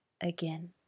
again